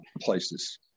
places